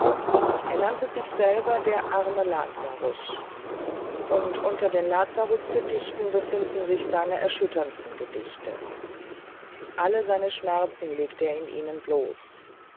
er nannte sich selber der arme lazarus und unter den lazarusgedichten finden sich seine echtesten und ergreifendsten gedichte alle seine schmerzen legte er in ihnen bloß